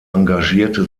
engagierte